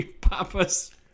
Papas